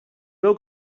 veu